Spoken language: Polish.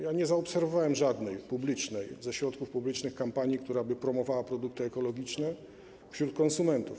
Ja nie zaobserwowałem żadnej publicznej, ze środków publicznych, kampanii, która by promowała produkty ekologiczne wśród konsumentów.